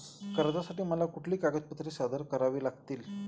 कर्जासाठी मला कुठली कागदपत्रे सादर करावी लागतील?